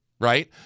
right